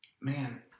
man